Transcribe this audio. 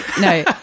No